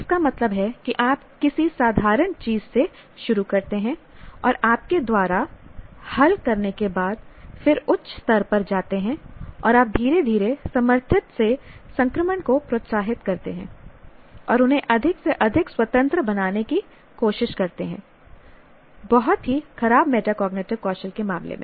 इसका मतलब है कि आप किसी साधारण चीज से शुरू करते हैं और आपके द्वारा हल करने के बाद फिर उच्च स्तर पर जाते हैं और आप धीरे धीरे समर्थित से संक्रमण को प्रोत्साहित करते हैं और उन्हें अधिक से अधिक स्वतंत्र बनाने की कोशिश करते हैं बहुत ही खराब मेटाकॉग्निटिव कौशल के मामले में